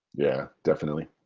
yeah, definitely.